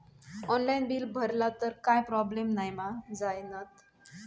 Online bill भरला तर काय प्रोब्लेम नाय मा जाईनत?